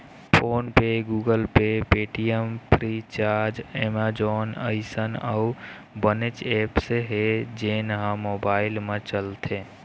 phone पे, Google Pay, Paytm, Freecharge, Amazon अइसन अउ बनेच ऐप्स हे जेन ह मोबाईल म चलथे